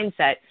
mindset